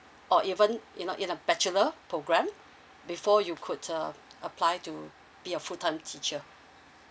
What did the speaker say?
or even in a you know in a bachelor program before you could uh apply to be a full time teacher